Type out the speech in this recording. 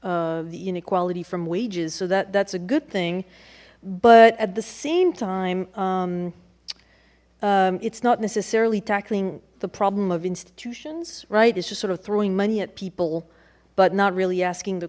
the inequality from wages so that that's a good thing but at the same time it's not necessarily tackling the problem of institutions right it's just sort of throwing money at people but not really asking the